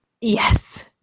Yes